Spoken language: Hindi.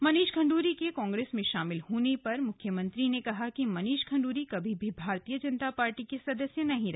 मनीष खंड्री के कांग्रेस में शामिल होने पर मुख्यमंत्री ने कहा कि मनीष खंड्री कभी भी भारतीय जनता पार्टी के सदस्य नहीं रहे